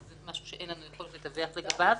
אז זה משהו שאין לנו יכולת לדווח עליו.